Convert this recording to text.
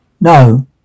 No